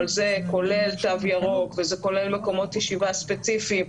אבל זה כולל תו ירוק וזה כולל מקומות ישיבה ספציפיים,